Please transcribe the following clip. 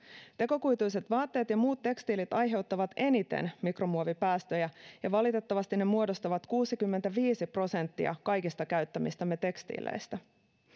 tekokuituiset vaatteet ja muut tekstiilit aiheuttavat eniten mikromuovipäästöjä ja valitettavasti ne muodostavat kuusikymmentäviisi prosenttia kaikista käyttämistämme tekstiileistä